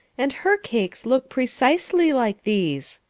and her cakes look precisely like these.